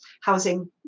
housing